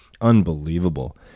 unbelievable